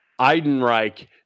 Eidenreich